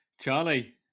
Charlie